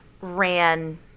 ran